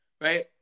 right